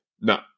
No